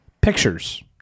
pictures